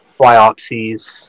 biopsies